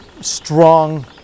strong